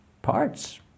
parts